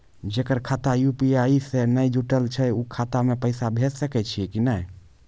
जेकर खाता यु.पी.आई से नैय जुटल छै उ खाता मे पैसा भेज सकै छियै कि नै?